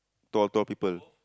tall tall people